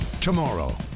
Tomorrow